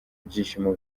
byishimo